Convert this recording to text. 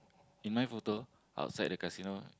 in my photo outside the casino